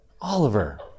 Oliver